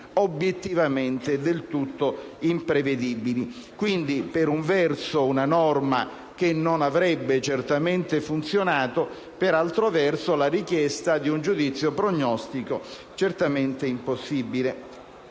obiettivamente del tutto imprevedibili. Quindi, si tratta, per un verso, di una norma che non avrebbe certamente funzionato e, per altro verso, di una richiesta di giudizio prognostico certamente impossibile.